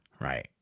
right